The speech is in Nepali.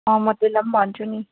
म त्यसलाई नि भन्छु नि